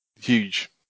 huge